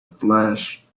flesh